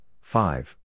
five